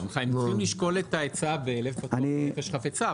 לא, הם צריכים לשקול את העצה בלב פתוח ונפש חפצה.